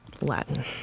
Latin